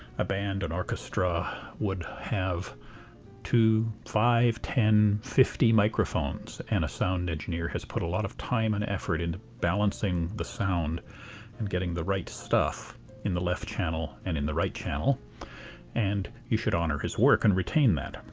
a band, an orchestra would have two, five, ten, fifty microphones and a sound engineer has put a lot of time and effort into balancing the sound getting the right stuff in the left channel and in the right channel and you should honor his work and retain that.